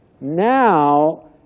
now